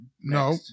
No